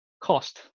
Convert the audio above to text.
cost